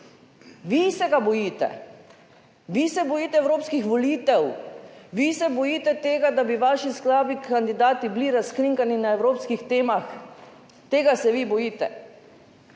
vi se ga bojite, vi se bojite evropskih volitev, vi se bojite tega, da bi vaši slabi kandidati bili razkrinkani na evropskih temah. Tega se vi bojite.